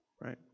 right